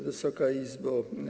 Wysoka Izbo!